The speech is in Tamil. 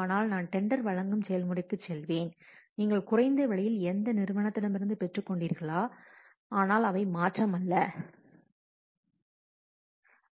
ஆனால் நான் டெண்டர் வழங்கும் செயல்முறைக்குச் செல்வேன்நீங்கள் குறைந்த விலையில் எந்த நிறுவனத்திடமிருந்து பெற்றுக் கொண்டீர்களா ஆனால் அவை மாற்றமல்ல